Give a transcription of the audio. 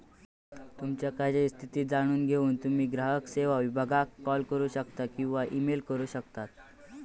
तुमच्यो कर्जाची स्थिती जाणून घेऊक तुम्ही ग्राहक सेवो विभागाक कॉल करू शकता किंवा ईमेल करू शकता